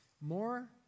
More